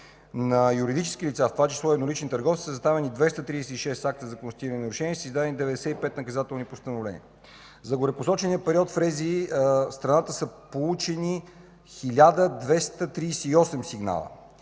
На юридически лица, в това число и на еднолични търговци са съставени 236 акта за констатирани нарушения и са издадени 95 наказателни постановления. За горепосочения период в РЗИ в страната са получени 1238 сигнала